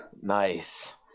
Nice